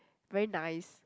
very nice